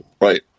Right